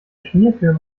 schmierfilm